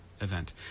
event